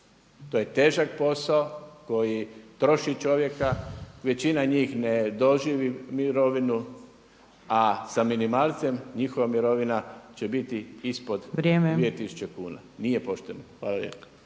To je težak posao koji troši čovjeka, većina njih ne doživi mirovinu, a sa minimalcem njihova mirovina će biti ispod … /Upadica Opačić: